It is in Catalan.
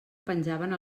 penjaven